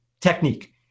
technique